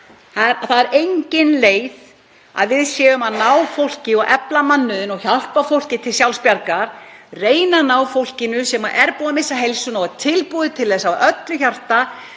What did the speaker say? Það er engin leið að við séum að efla mannauðinn og hjálpa fólki til sjálfsbjargar, reyna að ná fólkinu sem er búið að missa heilsuna og er tilbúið til þess af öllu hjarta